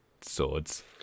swords